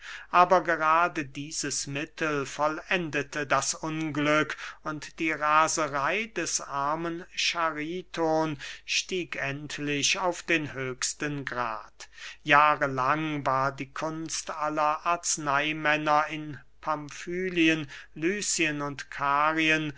aber gerade dieses mittel vollendete das unglück und die raserey des armen chariton stieg endlich auf den höchsten grad jahrelang war die kunst aller arzneymänner in pamfylien lycien und karien